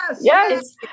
Yes